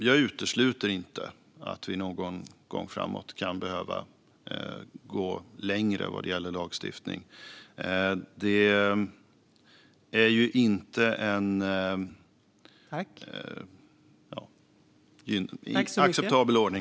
Jag utesluter inte att vi någon gång framåt kan behöva gå längre vad gäller lagstiftning. Detta är ju inte en acceptabel ordning.